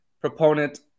proponent